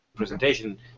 presentation